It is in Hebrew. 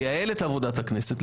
לייעל את עבודת הכנסת,